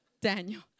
Daniel